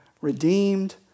redeemed